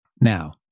Now